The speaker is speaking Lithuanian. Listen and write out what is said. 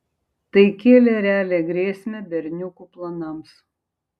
tai kėlė realią grėsmę berniukų planams